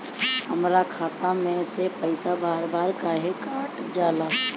हमरा खाता में से पइसा बार बार काहे कट जाला?